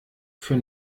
für